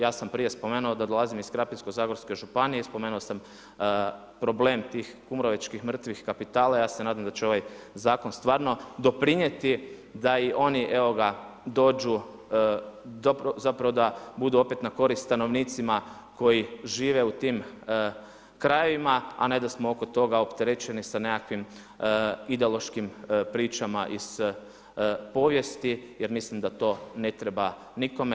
Ja sam prije spomenuo da dolazim iz Krapinsko-zagorske županije, spomenuo sam problem tih kumrovečkih mrtvih kapitala, ja se nadam da će ovaj zakon stvarno doprinijeti da i oni dođu zapravo da opet budu na korist stanovnicima koji žive u tim krajevima, a ne da smo oko toga opterećeni sa nekakvim ideološkim pričama iz povijesti jer mislim da to ne treba nikome.